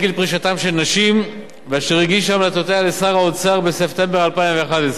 לשר האוצר בספטמבר 2011. תוחלת החיים בעולם כולו,